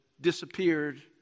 disappeared